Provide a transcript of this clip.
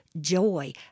joy